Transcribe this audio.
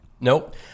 Nope